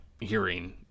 hearing